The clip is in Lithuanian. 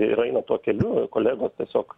ir aina tuo keliu kolegos tiesiog